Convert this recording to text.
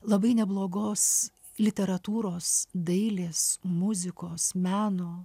labai neblogos literatūros dailės muzikos meno